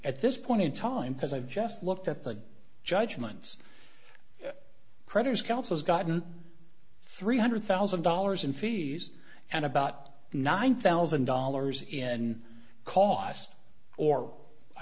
at this point in time because i've just looked at the judgments creditors council's gotten three hundred thousand dollars in fees and about nine thousand dollars in costs or i